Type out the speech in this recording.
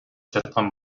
жаткан